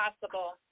possible